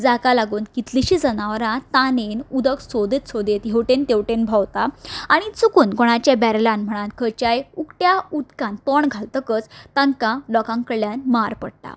जाका लागून कितलीशींच जनावरां तानेन उदक सोदत सोदत हेवटेन तेवटेन भोंवता आनी चुकून कोणाचाय बॅरलान म्हणात खंयच्याय उकट्या उदकांत तोंड घालतकच तांकां लोकां कडल्यान मार पडटा